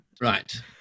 Right